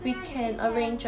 这样有一天